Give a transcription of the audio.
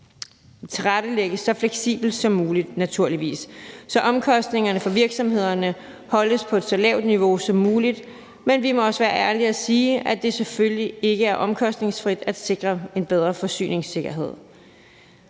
tilrettelægges så fleksibelt som muligt, naturligvis, så omkostningerne for virksomhederne holdes på et så lavt niveau som muligt, men vi må også være ærlige og sige, at det selvfølgelig ikke er omkostningsfrit at sikre en bedre forsyningssikkerhed.